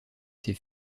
ces